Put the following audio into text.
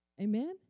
Amen